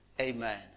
Amen